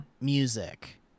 music